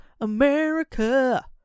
America